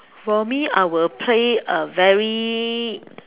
for me I will play a very